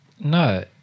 no